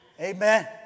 Amen